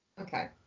Okay